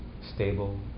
stable